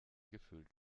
gefüllt